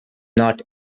not